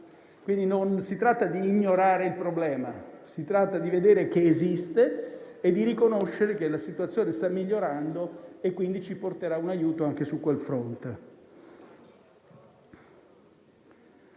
ma non si tratta di ignorare il problema, bensì di vedere che esiste e di riconoscere che la situazione sta migliorando e ci porterà un aiuto anche su quel fronte.